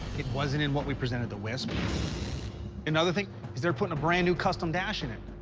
it wasn't in what we presented to wisp. and another thing is they're putting a brand-new custom dash in it.